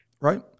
right